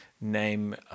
name